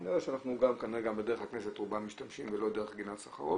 אני יודע שגם בדרך לכנסת רובם משתמשים בה ולא דרך גינות סחרוב,